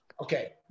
Okay